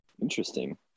Interesting